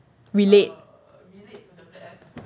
relate